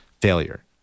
failure